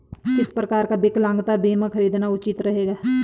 किस प्रकार का विकलांगता बीमा खरीदना उचित रहेगा?